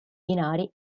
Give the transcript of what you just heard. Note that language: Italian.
binari